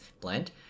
Blend